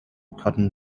cotton